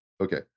Okay